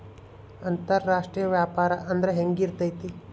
ಅಂತರಾಷ್ಟ್ರೇಯ ವ್ಯಾಪಾರ ಅಂದ್ರೆ ಹೆಂಗಿರ್ತೈತಿ?